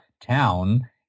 town